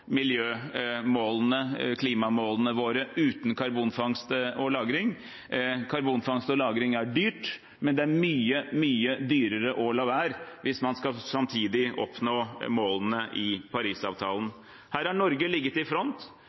klimamålene våre uten karbonfangst og -lagring. Karbonfangst og -lagring er dyrt, men det er mye, mye dyrere å la være hvis man samtidig skal oppnå målene i Parisavtalen. Her har Norge ligget i front.